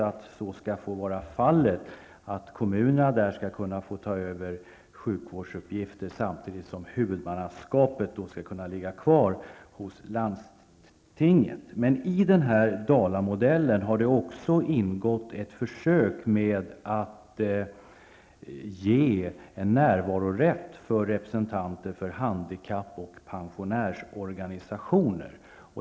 Vi är också eniga om att kommunerna där skall kunna få ta över sjukvårdsuppgifter samtidigt som huvudmannaskapet skall kunna ligga kvar hos landstinget. Men i den här Dalamodellen har det också ingått ett försök med att ge en närvarorätt för representanter för handikapp och pensionärsorganisationer.